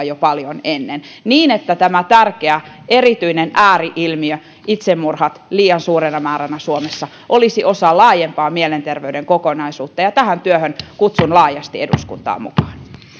jo paljon ennen jotta tämä tärkeä erityinen ääri ilmiö itsemurhat liian suurena määränä suomessa olisi osa laajempaa mielenterveyden kokonaisuutta tähän työhön kutsun laajasti eduskuntaa mukaan